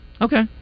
Okay